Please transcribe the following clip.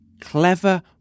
clever